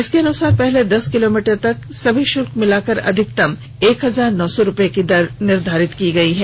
इस अनुसार पहले दस किलोमीटर तक सभी शुल्क मिलाकर अधिकतम एक हजार नौ सौ रुपये की दर निर्धारित की गयी है